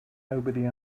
nobody